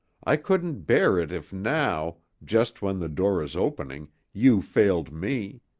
i couldn't bear it if now, just when the door is opening, you failed me.